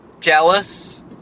jealous